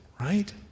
right